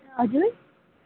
हजुर